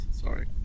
sorry